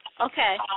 Okay